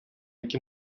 які